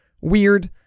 weird